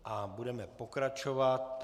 A budeme pokračovat.